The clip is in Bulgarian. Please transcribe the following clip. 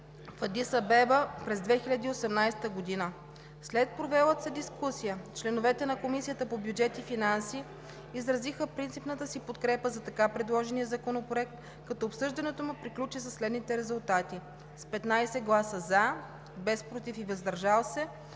Адис Абеба през 2018 г. След провелата се дискусия членовете на Комисията по бюджет и финанси изразиха принципната си подкрепа за предложения законопроект, като обсъждането му приключи със следните резултати: с 15 гласа „за“, без „против“ и „въздържал се“,